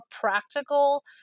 practical